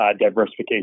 diversification